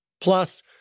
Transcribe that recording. Plus